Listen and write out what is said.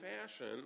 fashion